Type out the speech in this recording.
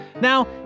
Now